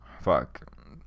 Fuck